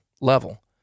level